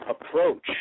approach